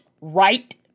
right